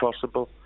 possible